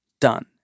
done